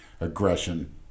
aggression